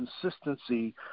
consistency